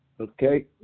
Okay